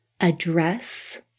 address